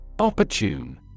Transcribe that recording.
Opportune